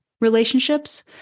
relationships